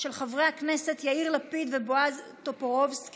של חברי הכנסת יאיר לפיד ובועז טופורובסקי.